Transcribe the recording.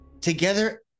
together